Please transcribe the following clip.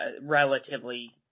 relatively